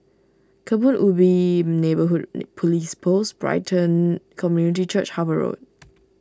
Kebun Ubi Neighbourhood Police Post Brighton Community Church Harper Road